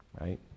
right